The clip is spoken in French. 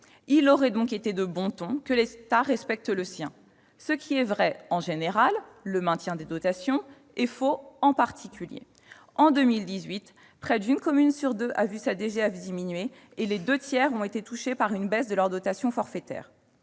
Il aurait donc été de bon ton que l'État respecte le sien. Ce qui est vrai en général- le maintien des dotations -est faux en particulier : en 2018, près de la moitié des communes ont vu leur DGF diminuer et les deux tiers ont été touchées par une baisse de leur dotation forfaitaire.